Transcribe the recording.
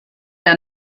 der